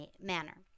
manner